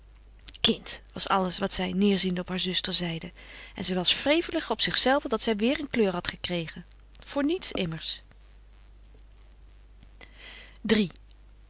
kind was alles wat zij neêrziende op hare zuster zeide en zij was wrevelig op zichzelve dat zij weêr een kleur had gekregen voor niets immers iii